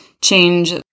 change